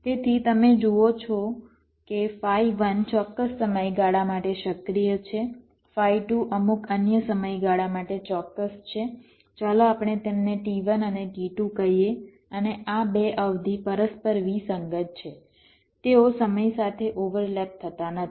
તેથી તમે જુઓ છો કે ફાઇ 1 ચોક્કસ સમયગાળા માટે સક્રિય છે ફાઇ 2 અમુક અન્ય સમયગાળા માટે ચોક્કસ છે ચાલો આપણે તેમને T1 અને T2 કહીએ અને આ બે અવધિ પરસ્પર વિસંગત છે તેઓ સમય સાથે ઓવરલેપ થતા નથી